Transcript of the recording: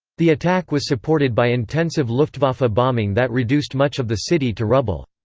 the attack was supported by intensive luftwaffe bombing that reduced much of the city to rubble.